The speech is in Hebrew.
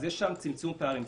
אז יש שם צמצום פערים.